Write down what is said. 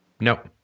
No